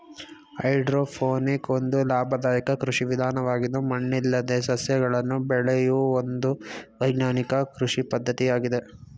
hydroponic ಒಂದು ಲಾಭದಾಯಕ ಕೃಷಿ ವಿಧಾನವಾಗಿದ್ದು ಮಣ್ಣಿಲ್ಲದೆ ಸಸ್ಯಗಳನ್ನು ಬೆಳೆಯೂ ಒಂದು ವೈಜ್ಞಾನಿಕ ಕೃಷಿ ಪದ್ಧತಿಯಾಗಿದೆ